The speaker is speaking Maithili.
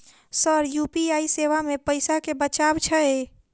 सर यु.पी.आई सेवा मे पैसा केँ बचाब छैय?